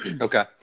Okay